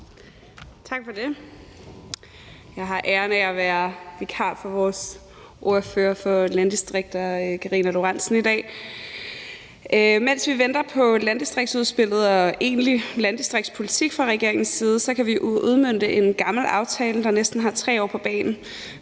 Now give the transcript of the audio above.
Jeg har æren af at være vikar for vores ordfører for landdistrikter, fru Karina Lorentzen Dehnhardt. Mens vi venter på landdistriktsudspillet og egentlig landdistriktspolitik fra regeringens side, kan vi udmønte en gammel aftale, der næsten har 3 år på bagen.